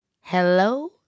Hello